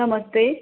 नमस्ते